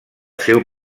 seu